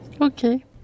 Okay